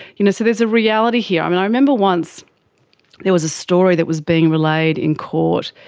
you know so there's a reality here. um and i remember once there was a story that was being relayed in court,